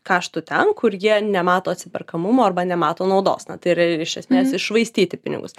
kaštų ten kur jie nemato atsiperkamumo arba nemato naudos na tai ir yra iš esmės iššvaistyti pinigus